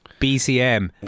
BCM